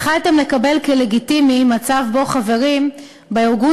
התחלתם לקבל כלגיטימי מצב שבו חברים בארגון